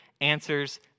answers